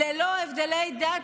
ללא הבדלי דת,